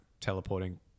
teleporting